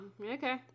okay